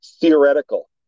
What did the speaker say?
theoretical